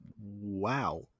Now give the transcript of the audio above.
Wow